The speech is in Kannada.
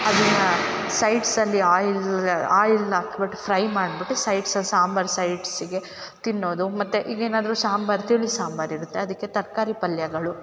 ಅದನ್ನು ಸೈಡ್ಸಲ್ಲಿ ಆಯಿಲ್ ಆಯಿಲ್ ಹಾಕ್ಬಿಟ್ಟು ಫ್ರೈ ಮಾಡ್ಬಿಟ್ಟು ಸೈಡ್ಸ್ ಸಾಂಬಾರ್ ಸೈಡ್ಸ್ಗೆ ತಿನ್ನೋದು ಮತ್ತು ಈಗೇನಾದರು ಸಾಂಬಾರ್ ತಿಳಿ ಸಾಂಬಾರಿರತ್ತೆ ಅದಕ್ಕೆ ತರಕಾರಿ ಪಲ್ಯಗಳು